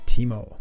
Timo